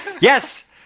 yes